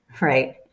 Right